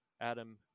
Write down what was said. adam